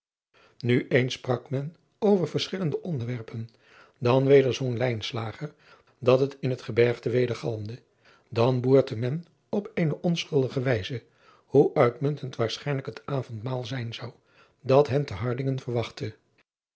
u eens sprak men over verschillende onderwerpen dan weder zong dat het in het gebergte wedergalmde dan boertte men op eene onschuldige wijze hoe uitmuntend waarschijnlijk het avondmaal zijn zou dat hen te ardingen verwachtte